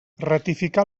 ratificar